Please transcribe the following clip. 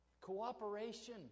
Cooperation